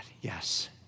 Yes